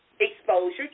exposure